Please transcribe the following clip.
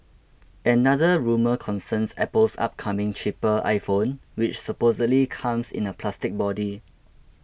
another rumour concerns Apple's upcoming cheaper iPhone which supposedly comes in a plastic body